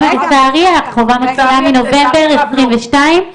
החובה מתחילה מנובמבר 2022,